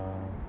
ah